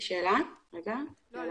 זה טכני.